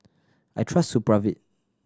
I trust Supravit